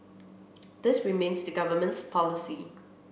this remains the Government's policy